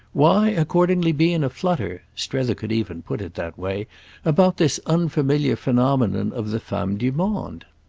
why accordingly be in a flutter strether could even put it that way about this unfamiliar phenomenon of the femme du monde?